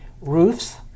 roofs